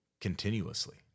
continuously